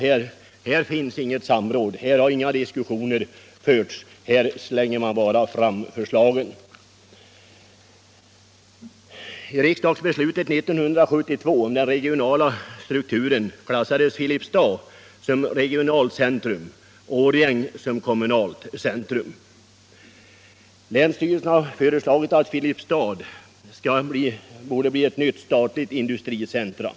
Här finns inget samråd, här har inga diskussioner förts, här slänger man bara fram förslagen. I riksdagsbeslutet 1972 om den regionala strukturen klassades Filipstad som regionalt centrum och Årjäng som kommunalt centrum. Länsstyrelsen har föreslagit att Filipstad skall bli ett nytt statligt industricentrum.